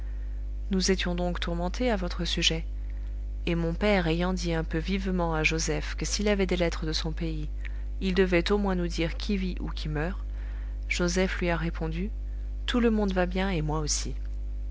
nous étions donc tourmentés à votre sujet et mon père ayant dit un peu vivement à joseph que s'il avait des lettres de son pays il devait au moins nous dire qui vit ou qui meurt joseph lui a répondu tout le monde va bien et moi aussi